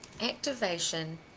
Activation